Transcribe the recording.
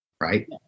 right